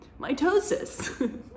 Mitosis